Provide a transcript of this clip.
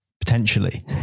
potentially